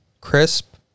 crisp